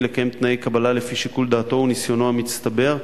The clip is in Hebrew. לקיים תנאי קבלה לפי שיקול דעתו וניסיונו המצטבר,